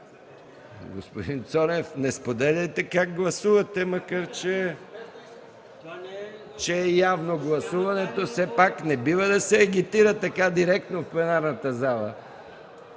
Господин Цонев, не споделяйте как гласувате. Макар че е явно гласуването, все пак не бива да се агитира така директно в пленарната зала!